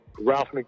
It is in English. Ralph